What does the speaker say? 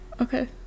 Okay